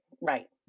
Right